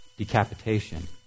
decapitation